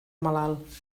malalt